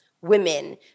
women